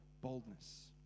boldness